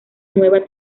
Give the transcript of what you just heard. nueva